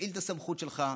תפעיל את הסמכות שלך.